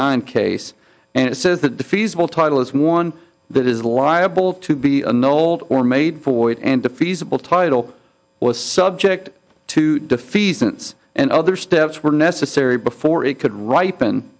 nine case and it says that the fees will total is one that is liable to be an old or made for it and a feasible title was subject to defeat since and other steps were necessary before it could ri